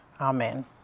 Amen